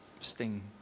Sting